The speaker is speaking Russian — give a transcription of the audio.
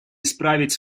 исправить